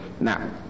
Now